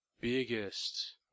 biggest